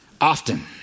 often